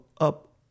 up